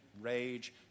rage